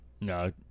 No